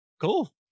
Cool